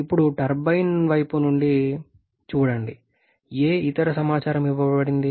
ఇప్పుడు టర్బైన్ వైపు చూడండి ఏ ఇతర సమాచారం ఇవ్వబడింది